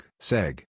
seg